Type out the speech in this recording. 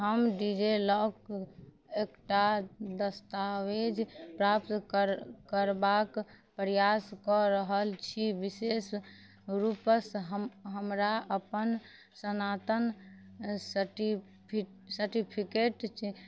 हम डिजीलॉक एकटा दस्तावेज प्राप्त कर करबाक प्रयास कऽ रहल छी विशेष रूपसँ हमरा अपन सनातन सटिफि सर्टिफिकेट